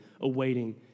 awaiting